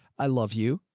i love you,